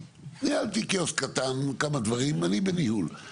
ניהלתי קיוסק קטן עם כמה דברים אני בניהול,